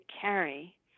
carry